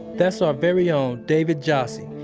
that's our very own david jassy.